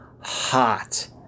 hot